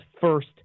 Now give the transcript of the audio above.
first